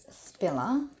Spiller